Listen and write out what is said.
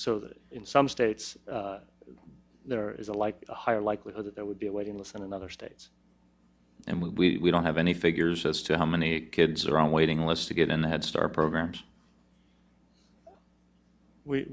so in some states there is a like a higher likelihood that there would be a waiting list and in other states and we don't have any figures as to how many kids are on waiting lists to get in the head start programs we